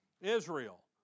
Israel